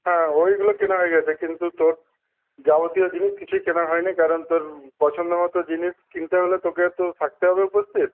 হ্যাঁ ওইগুলো কেনা হয়ে গিয়েছে কিন্তু তোর যাবতীয় জিনিস কিছুই কেনা হয়নি কারণ তোর পছন্দ মতো জিনিস কিনতে হলে তোকে তো থাকতে হবে উপস্থিত